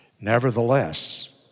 Nevertheless